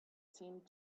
seemed